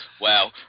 Wow